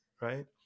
Right